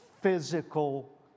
physical